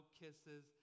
kisses